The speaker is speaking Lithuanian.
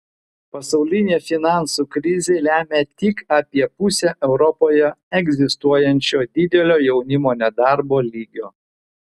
pasaulinė finansų krizė lemia tik apie pusę europoje egzistuojančio didelio jaunimo nedarbo lygio